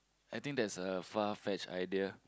I think that's a far-fetched idea